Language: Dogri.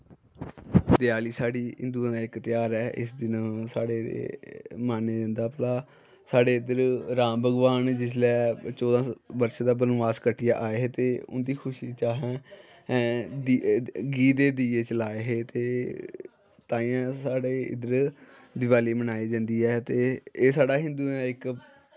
देआली साढ़ी हिन्दुएं दा इक ध्याह्र ऐ इस दिन साढ़े मन्नेआ जंदा भला साढ़े इध्दर राम भगवान जिसलै चौदांह् बर्ष दा बनवास क'ट्टियै आए हे ते उंदी खुशी च असैं घी दे दिये जलाए हे ते तांईयें साढ़े इध्दर दिवाली बनाई जंदी ऐ ते एह् साढ़ा हिन्दुएं दा इक